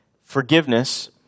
Forgiveness